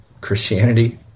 Christianity